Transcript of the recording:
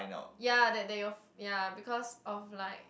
ya that that your ya because of like